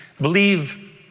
believe